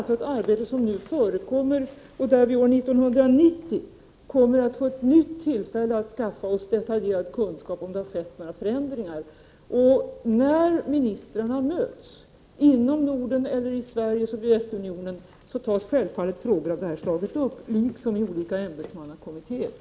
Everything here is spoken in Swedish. Detta arbete förekomer nu, och 1990 kommer vi att få ett nytt tillfälle att skaffa oss detaljerade kunskaper om det har skett några förändringar. När ministrarna möts inom Norden eller mellan Sverige och Sovjetunionen tas självfallet denna fråga upp, liksom i olika ämbetsmannakommittéer.